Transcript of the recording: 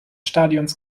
stadions